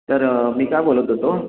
तर मी काय बोलत होतो